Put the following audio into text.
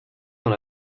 dans